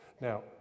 Now